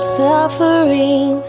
suffering